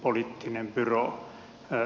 poliittinen byroo rr